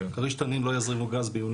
כריש-תנין לא יזרימו גז ביוני